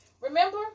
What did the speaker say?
Remember